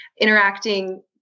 interacting